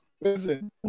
listen